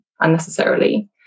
unnecessarily